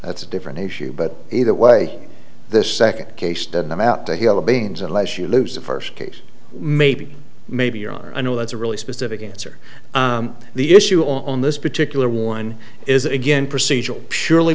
that's a different issue but either way this second case did them out to hill of beans unless you lose the first case maybe maybe your honor i know that's a really specific answer the issue on this particular one is again procedural surely